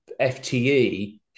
fte